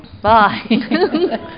Bye